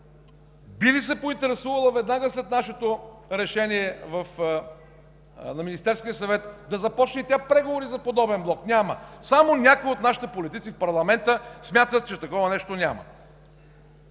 би ли се поинтересувала веднага, след нашето решение на Министерския съвет, да започне и тя преговори за подобен Block? Няма. Само някои от нашите политици в парламента смятат, че такова нещо няма.